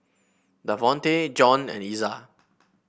Davonte John and Iza